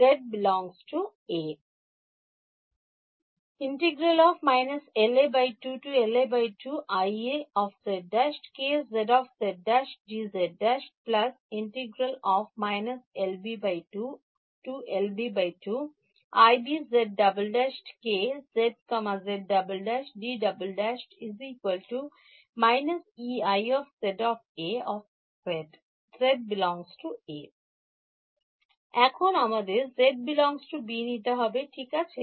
z ∈ A এখন আমাদের z ∈ B নিতে হবে ঠিক আছে